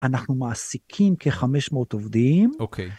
אנחנו מעסיקים כ-500 עובדים.